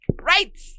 right